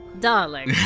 Darling